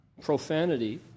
profanity